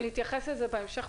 יבגני, אנחנו נתייחס לזה בהמשך.